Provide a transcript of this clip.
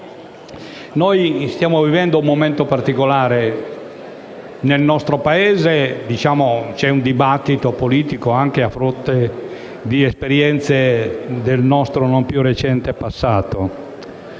Stiamo vivendo un momento particolare; nel nostro Paese c'è un dibattito politico, anche a fronte di esperienze del nostro non più recente passato,